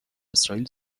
اسرائیل